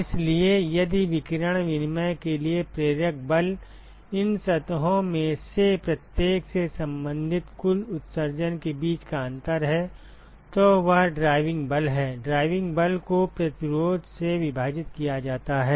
इसलिए यदि विकिरण विनिमय के लिए प्रेरक बल इन सतहों में से प्रत्येक से संबंधित कुल उत्सर्जन के बीच का अंतर है तो वह ड्राइविंग बल है ड्राइविंग बल को प्रतिरोध से विभाजित किया जाता है